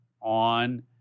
on